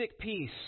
peace